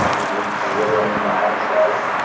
but you know, kind of weather up and die. and it does.